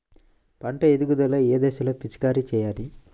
పంట ఎదుగుదల ఏ దశలో పిచికారీ చేయాలి?